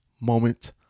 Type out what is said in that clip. moment